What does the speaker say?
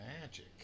magic